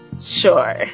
Sure